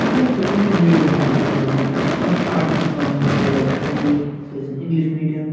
اَگر أسۍ وُچھُو اِنگلِش میٖڈِیَم یُس چھُ ٹیٚکنالجی ہُنٛد یہِ چھُ آرٹٕس تہٕ کامٲرٕس واریاہ اَتہِ اصٕل چیٖز سُہ ٲسِن اِنگلِش میٖڈِیَم